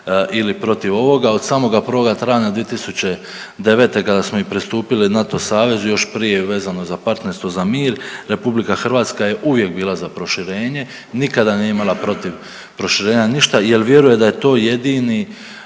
ili protiv ovoga. Od samoga 1. travnja 2009. kada smo i pristupili NATO savezu, još prije vezano za partnerstvo za mir, RH je uvijek bila za proširenje. Nikada nije imala protiv proširenja ništa jer vjeruje da je to jedini,